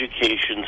education